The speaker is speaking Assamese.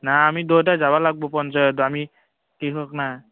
নাই আমি দুয়োটা যাব লাগিব পঞ্চায়ত আমি কৃষক না